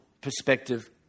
perspective